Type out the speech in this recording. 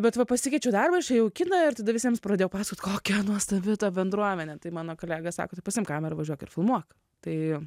bet va pasikeičiau darbą išėjau į kiną ir tada visiems pradėjau pasakot kokia nuostabi ta bendruomenė tai mano kolega sako pasiimk kamerą važiuok ir filmuok tai